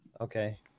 okay